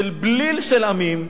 של בליל של עמים.